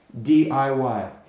DIY